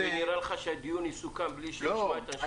נראה לי שהדיון יסוכם בלי שנשמע את העמדות המקצועיות?